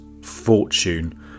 fortune